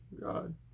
god